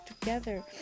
together